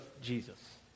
Jesus